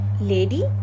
lady